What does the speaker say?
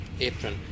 apron